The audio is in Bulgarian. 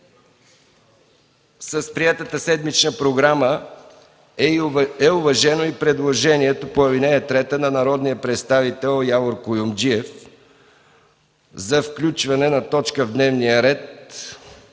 С приетата седмична програма е уважено и предложението по ал. 3 на народния представител Явор Куюмджиев за включване на точка в дневния ред: